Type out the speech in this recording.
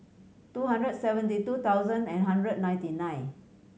two hundred seventy two thousand and one hundred ninety nine